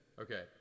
Okay